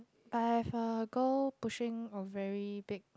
but I have uh girl pushing or very big